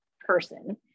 person